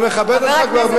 אני מכבד אותך.